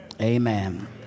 amen